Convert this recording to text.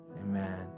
amen